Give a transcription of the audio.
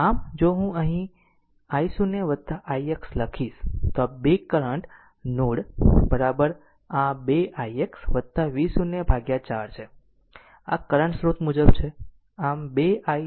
આમ જો હું અહીં i0 ix લખીશ તો આ બે કરંટ નોડ આ 2 ix V0 4 છે આ કરંટ સ્રોત મુજબ છે